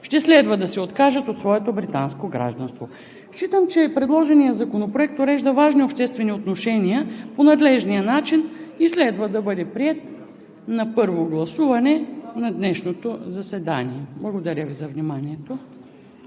ще следва да се откажат от своето британско гражданство. Считам, че предложеният законопроект урежда важни обществени отношения по надлежния начин и следва да бъде приет на първо гласуване на днешното заседание. Благодаря Ви за вниманието.